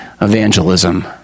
evangelism